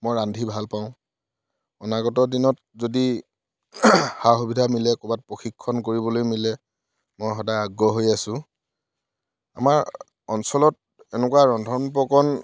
মই ৰান্ধি ভাল পাওঁ অনাগত দিনত যদি সা সুবিধা মিলে ক'ৰবাত প্ৰশিক্ষণ কৰিবলৈ মিলে মই সদায় আগ্ৰহ হৈ আছোঁ আমাৰ অঞ্চলত এনেকুৱা ৰন্ধন প্ৰকৰণ